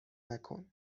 مکن